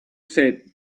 said